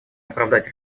оправдать